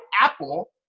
Apple